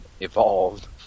evolved